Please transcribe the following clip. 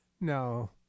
No